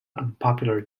unpopular